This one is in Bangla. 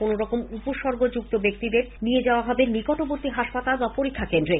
কোনরকম উপসর্গ যুক্ত ব্যক্তিদের নিয়ে যাওয়া হবে নিকটবর্তী হাসপাতাল বা পরক্ষী কেন্দ্রে